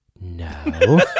No